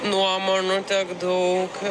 nuomonių tiek daug